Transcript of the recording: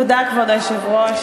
תודה, כבוד היושב-ראש.